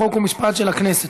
חוק ומשפט של הכנסת.